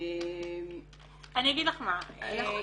--- נכון,